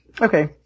Okay